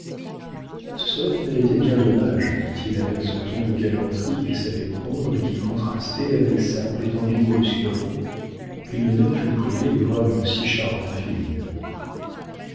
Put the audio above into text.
ce serait en vérité bien dommage dit-il avec ce ton de galanterie qu'il savait prendre et qui contrastait avec sa prétendue brusquerie qu'une mère fût privée de voir une si charmante fille